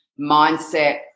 mindset